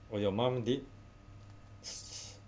oh your mom did